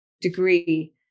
degree